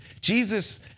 Jesus